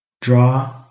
draw